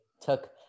took